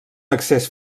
accés